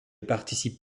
participe